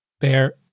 Bear